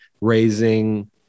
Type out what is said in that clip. raising